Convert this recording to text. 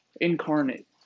incarnate